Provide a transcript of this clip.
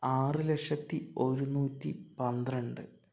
ആറുലക്ഷത്തി ഒരുന്നൂറ്റിപന്ത്രണ്ടു